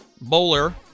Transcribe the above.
bowler